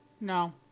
No